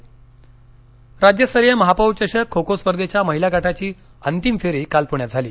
खो खो राज्यस्तरीय महापौर चषक खो खो स्पर्धेच्या महीला गटाची अंतिम फेरी काल पूण्यात झाली